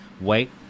wait